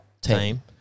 team